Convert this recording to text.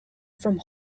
from